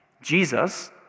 Jesus